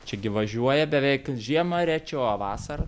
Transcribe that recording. čia gi važiuoja beveik žiemą rečiau o vasarą